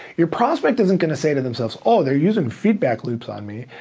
your prospect isn't gonna say to themselves, oh, they're using feedback loops on me.